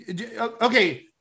Okay